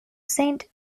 saint